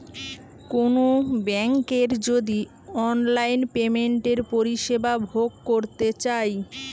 কোনো বেংকের যদি অনলাইন পেমেন্টের পরিষেবা ভোগ করতে চাই